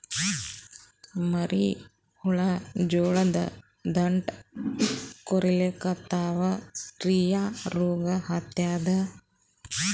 ಮರಿ ಹುಳ ಜೋಳದ ದಂಟ ಕೊರಿಲಿಕತ್ತಾವ ರೀ ಯಾ ರೋಗ ಹತ್ಯಾದ?